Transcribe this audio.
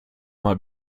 mal